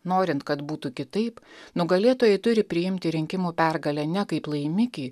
norint kad būtų kitaip nugalėtojai turi priimti rinkimų pergalę ne kaip laimikį